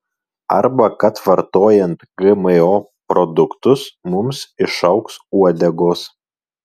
arba kad vartojant gmo produktus mums išaugs uodegos